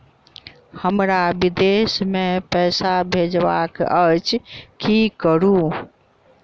हमरा विदेश मे पैसा भेजबाक अछि की करू?